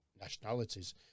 nationalities